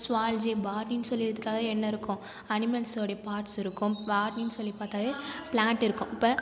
zoology botany சொல்லி எடுத்துகிட்டாலே என்ன இருக்கும் அனிமல்ஸோட பார்ட்ஸ் இருக்கும் பாட்டனி சொல்லி பார்த்தாலே பிளான்ட் இருக்கும் இப்போ